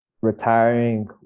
retiring